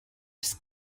ist